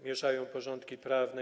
Mieszają porządki prawne.